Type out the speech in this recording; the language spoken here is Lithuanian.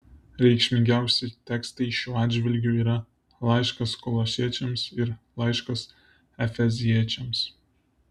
reikšmingiausi tekstai šiuo atžvilgiu yra laiškas kolosiečiams ir laiškas efeziečiams